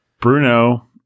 Bruno